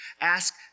Ask